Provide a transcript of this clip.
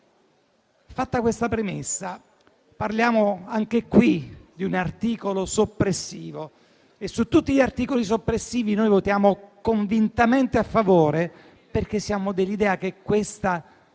Fatta questa premessa, parliamo anche in questo caso di un articolo soppressivo e su tutti gli articoli soppressivi noi votiamo convintamente a favore, perché siamo dell'idea che questa